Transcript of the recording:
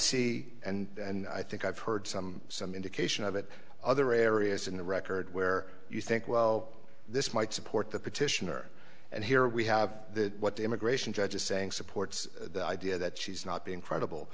see and i think i've heard some some indication of it other areas in the record where you think well this might support the petitioner and here we have what the immigration judge is saying supports the idea that she's not being credible